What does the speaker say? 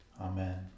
Amen